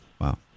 wow